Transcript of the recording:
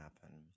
happen